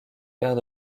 pairs